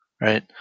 right